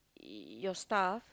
y~ your stuff